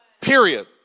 Period